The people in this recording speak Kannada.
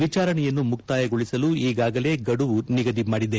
ವಿಚಾರಣೆಯನ್ನು ಮುಕ್ತಾಯಗೊಳಿಸಲು ಈಗಾಗಲೇ ಗಡುವು ನಿಗದಿ ಮಾಡಿದೆ